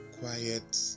quiet